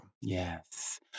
Yes